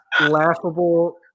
Laughable